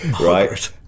Right